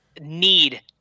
need